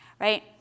right